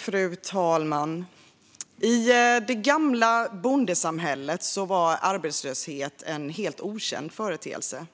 Fru talman! I det gamla bondesamhället var arbetslöshet en helt okänd företeelse.